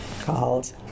called